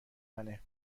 منه